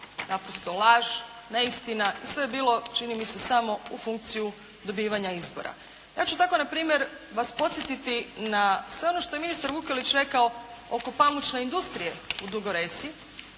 naprosto laž, neistina, sve je bilo samo čini mi se u funkciju dobivanja izbora. Ja ću tako na primjer vas podsjetiti na sve ono što je ministar Vukelić rekao oko pamučne industrije u Dugoj Resi